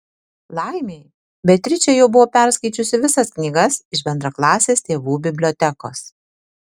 laimei beatričė jau buvo perskaičiusi visas knygas iš bendraklasės tėvų bibliotekos